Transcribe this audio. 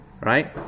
right